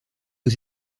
aux